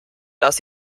dass